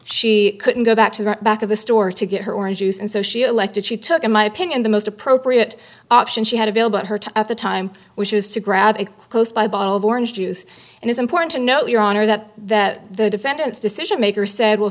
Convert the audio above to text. she couldn't go back to the back of the store to get her orange juice and so she elected she took in my opinion the most appropriate option she had available at her to at the time which is to grab a close by bottle of orange juice and it's important to note your honor that that the defendant's decision maker said well